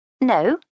No